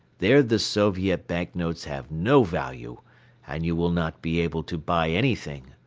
there the soviet bank-notes have no value and you will not be able to buy anything,